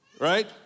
Right